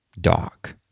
dock